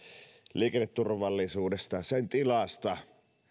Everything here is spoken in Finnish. liikenneturvallisuudesta sen tilasta